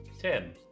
Tim